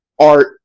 art